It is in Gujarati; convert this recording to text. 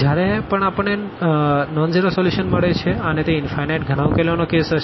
જ્યારે પણ આપણને નોનઝીરો સોલ્યુશન મળે છે અને તે ઇનફાઈનાઈટ ઘણા ઉકેલોનો કેસ હશે